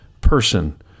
person